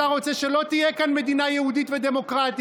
אתה רוצה שלא תהיה כאן מדינה יהודית ודמוקרטית.